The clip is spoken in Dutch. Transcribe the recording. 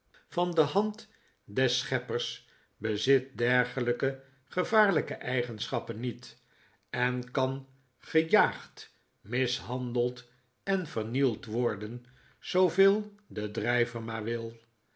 van de hand des scheppers bezit dergelijke gevaarlijke eigenschappen niet en kan gejaagd mishandeld en vernield worden zooveel de drijver maar wil